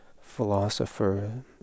philosopher